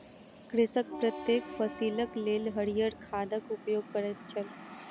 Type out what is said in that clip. कृषक प्रत्येक फसिलक लेल हरियर खादक उपयोग करैत छल